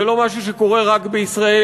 זה לא משהו שקורה רק בישראל.